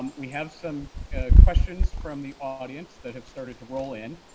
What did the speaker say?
um we have some questions from the audience that have started to roll in.